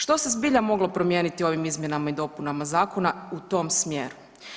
Što se zbilja moglo promijeniti ovim izmjenama i dopunama zakona u tom smjeru?